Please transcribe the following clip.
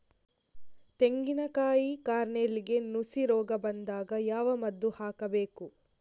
ತೆಂಗಿನ ಕಾಯಿ ಕಾರ್ನೆಲ್ಗೆ ನುಸಿ ರೋಗ ಬಂದಾಗ ಯಾವ ಮದ್ದು ಹಾಕಬೇಕು?